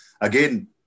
again